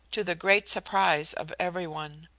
to the great surprise of every one.